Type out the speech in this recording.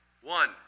one